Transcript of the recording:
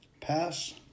Pass